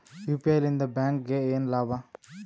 UPI ಲಿಂದ ಬ್ಯಾಂಕ್ಗೆ ಏನ್ ಲಾಭ?